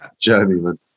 Journeyman